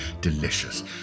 Delicious